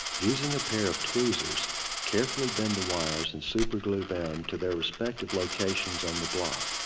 using a pair of tweezers carefully bend the wires and super glue them to their respective locations on the block.